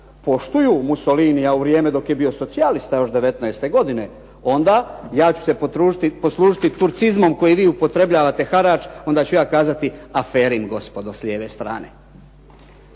poštuju Mussolinija u vrijeme dok je bio socijalista još '19. godine onda ja ću se poslužiti turcizmom koji vi upotrebljavate harač, onda ću ja kazati afering gospodo s lijeve strane.